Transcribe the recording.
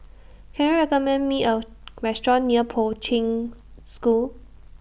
Can YOU recommend Me A Restaurant near Poi Ching School